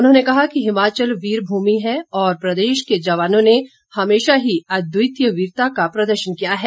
उन्होंने कहा कि हिमाचल वीर भूमि है और प्रदेश के जवानों ने हमेशा ही अद्वितीय वीरता का प्रदर्शन किया है